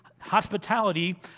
hospitality